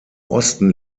osten